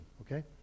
okay